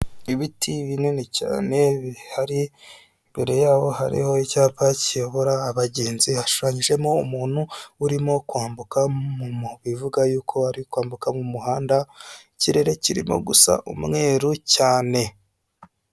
Ibiti binini cyane bihari imbere yaho hariho icyapa kiyobora abagenzi hashojemo umuntu urimo kwambuka mu bivuga yuko ari kwambuka bivuga ko ari kwambuka mu umuhanda ikirere kirimo gusa umweru cyane.